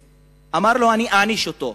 אמר לו: אני אעניש אותו.